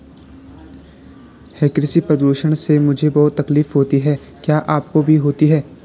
कृषि प्रदूषण से मुझे बहुत तकलीफ होती है क्या आपको भी होती है